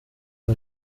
ejo